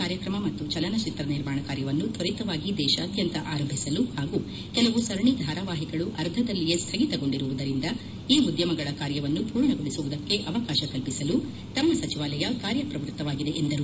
ಕಾರ್ಯಕ್ರಮ ಮತ್ತು ಚಲನಚಿತ್ರ ನಿರ್ಮಾಣ ಕಾರ್ಯವನ್ನು ತ್ವರಿತವಾಗಿ ದೇಶಾದ್ಯಂತ ಆರಂಭಿಸಲು ಹಾಗೂ ಕೆಲವು ಸರಣಿ ಧಾರವಾಹಿಗಳು ಅರ್ಧದಲ್ಲಿಯೇ ಸ್ದಗಿತಗೊಂಡಿರುವುದರಿಂದ ಈ ಉದ್ಯಮಗಳ ಕಾರ್ಯವನ್ನು ಪೂರ್ಣಗೊಳಿಸುವುದಕ್ಕೆ ಅವಕಾಶ ಕಲ್ಪಿಸಲು ತಮ್ಮ ಸಚಿವಾಲಯ ಕಾರ್ಯ ಪ್ರವೃತ್ತವಾಗಿವೆ ಎಂದರು